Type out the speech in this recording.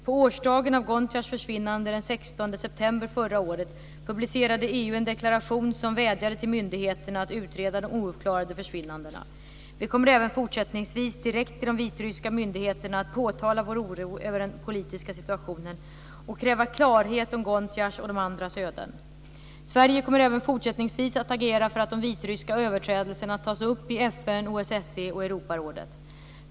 På årsdagen av Gontjars försvinnande den 16 september förra året publicerade EU en deklaration som vädjade till myndigheterna att utreda de ouppklarade försvinnandena. Vi kommer även fortsättningsvis att direkt till de vitryska myndigheterna påtala vår oro över den politiska situationen och kräva klarhet om Gontjars och de andras öden. Sverige kommer även fortsättningsvis att agera för att de vitryska överträdelserna tas upp i FN, OSSE och Europarådet.